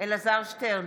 אלעזר שטרן,